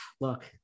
look